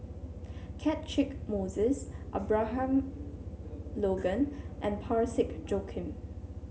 Catchick Moses Abraham Logan and Parsick Joaquim